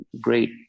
great